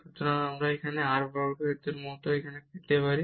সুতরাং আমাদের এখানে আমরা r স্কোয়ার পেতে পারি